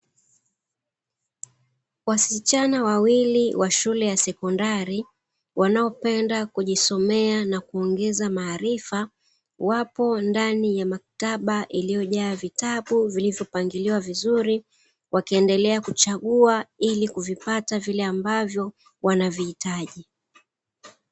Wasichana wawili wa shule ya sekondari wanaopenda kujisomea na kuongeza maarifa wapo ndani ya maktaba iliyojaa vitabu, vilivyopangiliwa vizuri wakiendelea kuchagua ili kuvipata vile ambavyo wanavihitaji.